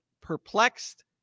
perplexed